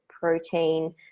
protein